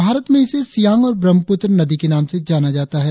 भारत में इसे सियांग और ब्रह्मपुत्र नदी के नाम से जाना जाता है